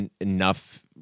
enough